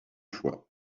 fois